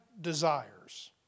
desires